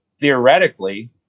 theoretically